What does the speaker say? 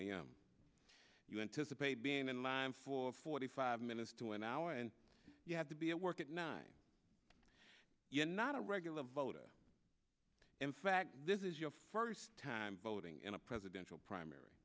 anticipate being in line for forty five minutes to an hour and you have to be at work at nine you're not a regular voter in fact this is your first time voting in a presidential primary